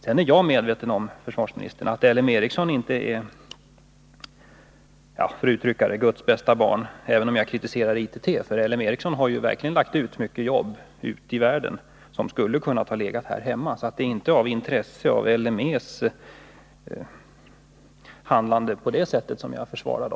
Även om jag har kritiserat ITT, är jag naturligtvis medveten om att inte heller L M Ericsson är Guds bästa barn — om jag får uttrycka det så. LME har verkligen lagt ut mycket jobb ute i världen som kunde ha lagts ut här hemma.